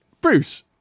Bruce